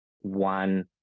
one